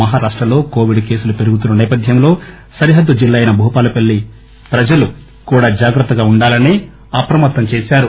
మహారాష్ట లో కోవిడ్ కేసులు పెరుగుతున్న నేపథ్యంలో సరిహద్గు జిల్లా అయిన భూపాలపల్లి జిల్లా ప్రజలు కూడా జాగ్రత్తగా ఉండాలని సూచించారు